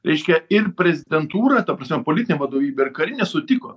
reiškia ir prezidentūra ta prasme politinė vadovybė ir karinė sutiko